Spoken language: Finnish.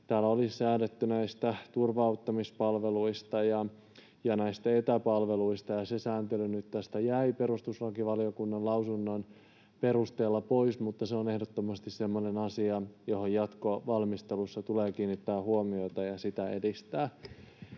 täällä olisi säädetty näistä turva-auttamispalveluista ja näistä etäpalveluista, se sääntely nyt tästä jäi perustuslakivaliokunnan lausunnon perusteella pois. Se on ehdottomasti semmoinen asia, johon jatkovalmistelussa tulee kiinnittää huomiota ja jota edistää.